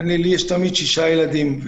לי תמיד יש שישה ילדים.